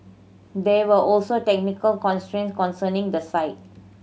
there were also technical constraints concerning the site